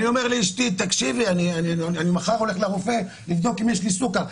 אני אומר לאשתי: אני מחר הולך לרופא לבדוק אם יש לי סוכר,